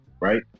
right